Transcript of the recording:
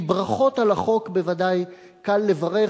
כי ברכות על החוק בוודאי קל לברך,